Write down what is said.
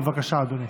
בבקשה, אדוני.